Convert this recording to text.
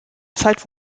zeit